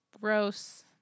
gross